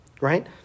right